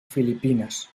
filipines